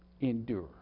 endure